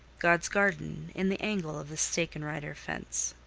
god's garden, in the angle of the stake-and-rider fence.